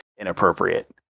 inappropriate